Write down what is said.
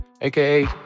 AKA